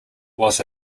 was